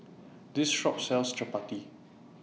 This Shop sells Chappati